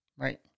Right